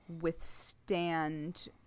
withstand